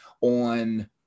on